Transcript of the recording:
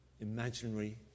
imaginary